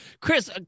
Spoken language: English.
Chris